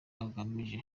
agamije